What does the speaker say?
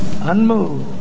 unmoved